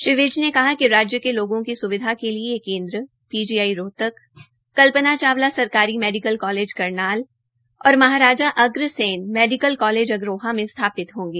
श्री विज ने कहा कि राज्य के लोगों की स्विधा के लिए यह केंद्र पीजीआई रोहतक कल्पना चावला सरकारी मेडिकल कॉलेज करनाल तथा महाराजा अग्रसेन मेडिकल कॉलेज अग्रोहा में स्थापित होंगे